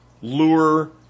lure